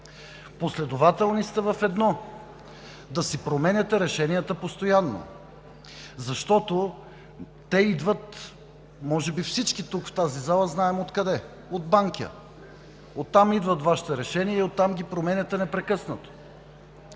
Последователни сте в едно – да си променяте решенията постоянно, защото те идват, може би всички тук, в тази зала, знаем откъде – от Банкя, оттам идват Вашите решения и оттам ги променяте непрекъснато.